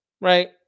Right